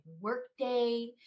workday